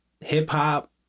hip-hop